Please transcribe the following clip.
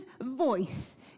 voice